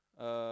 uh